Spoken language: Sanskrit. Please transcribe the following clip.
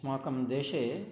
अस्माकं देशे